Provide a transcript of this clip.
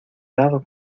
dado